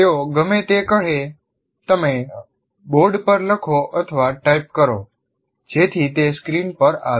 તેઓ ગમે તે કહે તમે બોર્ડ પર લખો અથવા ટાઇપ કરો જેથી તે સ્ક્રીન પર આવે